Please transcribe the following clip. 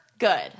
Good